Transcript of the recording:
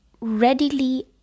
readily